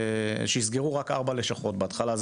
שיסגרו רק 4 לשכות בהתחלה.